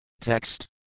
Text